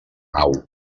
nau